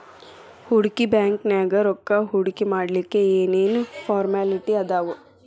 ಹೂಡ್ಕಿ ಬ್ಯಾಂಕ್ನ್ಯಾಗ್ ರೊಕ್ಕಾ ಹೂಡ್ಕಿಮಾಡ್ಲಿಕ್ಕೆ ಏನ್ ಏನ್ ಫಾರ್ಮ್ಯಲಿಟಿ ಅದಾವ?